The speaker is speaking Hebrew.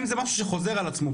אם זה משהו שחוזר על עצמו,